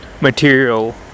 material